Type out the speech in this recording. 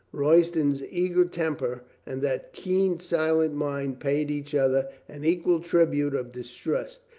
royston's eager temper and that keen, silent mind paid each other an equal tribute of distrust.